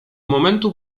momentu